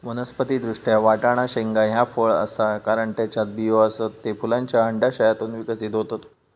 वनस्पति दृष्ट्या, वाटाणा शेंगा ह्या फळ आसा, कारण त्येच्यात बियो आसत, ते फुलांच्या अंडाशयातून विकसित होतत